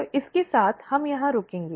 तो इसके साथ हम यहां रुकेंगे